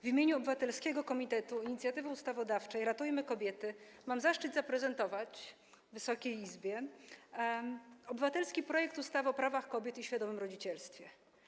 W imieniu obywatelskiego Komitetu Inicjatywy Ustawodawczej „Ratujmy kobiety” mam zaszczyt zaprezentować Wysokiej Izbie obywatelski projekt ustawy o prawach kobiet i świadomym rodzicielstwie.